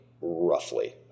roughly